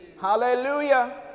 Hallelujah